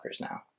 now